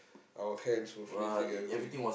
our hands were freezing everything